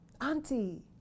auntie